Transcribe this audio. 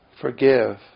Forgive